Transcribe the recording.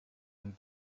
and